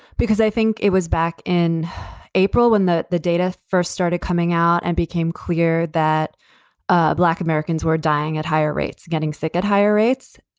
because i think it was back in april when the the data first started coming out and became clear that ah black americans were dying at higher rates, getting sick at higher rates.